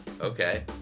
okay